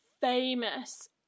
famous